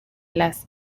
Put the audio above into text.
las